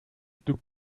took